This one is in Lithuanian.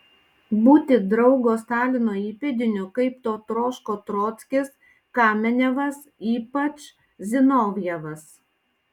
būti draugo stalino įpėdiniu kaip to troško trockis kamenevas ypač zinovjevas